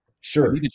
Sure